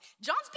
John's